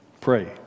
pray